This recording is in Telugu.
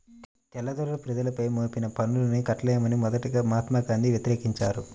తెల్లదొరలు ప్రజలపై మోపిన పన్నుల్ని కట్టలేమని మొదటగా మహాత్మా గాంధీ వ్యతిరేకించారు